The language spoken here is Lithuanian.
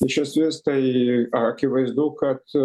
iš esmės tai akivaizdu kad